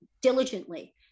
diligently